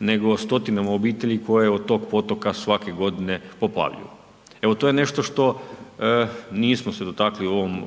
nego stotinama obitelji koje od tog potoka svake godine poplavljuju. Evo, to je nešto što nismo se dotakli u ovom